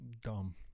dumb